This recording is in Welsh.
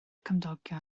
cymdogion